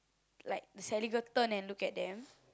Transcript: like Sally girl turn and look at them